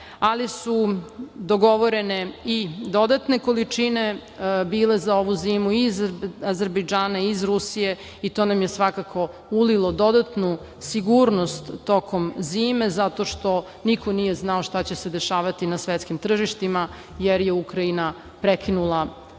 ali su dogovorene i dodatne količine bile za ovu zimu iz Azerbejdžana, iz Rusije, i to nam je svakako ulilo dodatnu sigurnost tokom zime zato što niko nije znao šta će se dešavati na svetskim tržištima jer je Ukrajina prekinula